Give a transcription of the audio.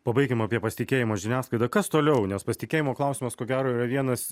pabaikim apie pasitikėjimą žiniasklaida kas toliau nes pasitikėjimo klausimas ko gero yra vienas